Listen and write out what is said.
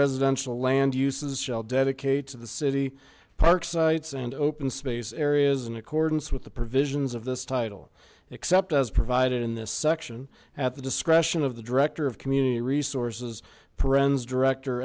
residential land uses shall dedicate to the city park sites and open space areas in accordance with the provisions of this title except as provided in this section at the discretion of the director of community resources prendes director